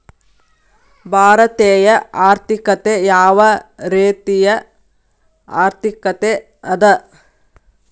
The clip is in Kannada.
ಭಾರತೇಯ ಆರ್ಥಿಕತೆ ಯಾವ ರೇತಿಯ ಆರ್ಥಿಕತೆ ಅದ?